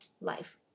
life